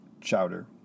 chowder